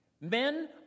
Men